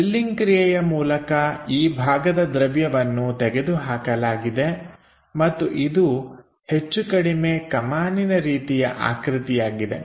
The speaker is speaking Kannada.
ಡ್ರಿಲ್ಲಿಂಗ್ ಕ್ರಿಯೆಯ ಮೂಲಕ ಈ ಭಾಗದ ದ್ರವ್ಯವನ್ನು ತೆಗೆದುಹಾಕಲಾಗಿದೆ ಮತ್ತು ಇದು ಹೆಚ್ಚು ಕಡಿಮೆ ಕಮಾನಿನ ರೀತಿಯ ಆಕೃತಿಯಾಗಿದೆ